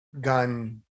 gun